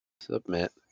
Submit